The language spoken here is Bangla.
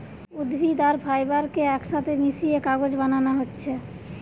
উদ্ভিদ আর ফাইবার কে একসাথে মিশিয়ে কাগজ বানানা হচ্ছে